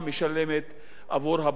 עבור הבנים או הבנות.